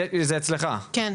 שלום